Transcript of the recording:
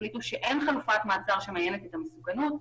החליטו שאין חלופת מעצר ש --- את המסוכנות,